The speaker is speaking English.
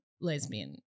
lesbian